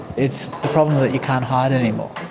it's a problem that you can't hide anymore,